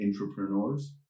entrepreneurs